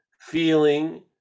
feeling